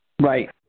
Right